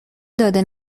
داده